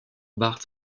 bart